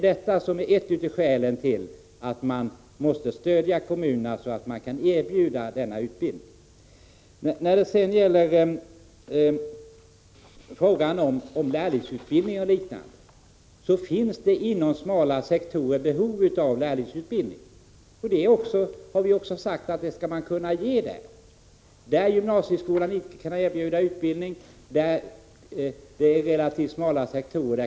Det är ett av skälen till att kommunerna skall ha stöd, dvs. för att de skall kunna erbjuda denna utbildning. Inom smala sektorer finns det behov av lärlingsutbildning. Det skall finnas lärlingsutbildning där gymnasieskolan inte kan erbjuda utbildning, alltså där det är relativt smala sektorer.